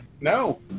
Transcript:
No